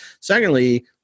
Secondly